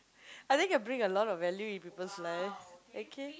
I think I bring a lot of value in people's life okay